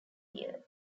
year